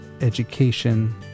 education